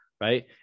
right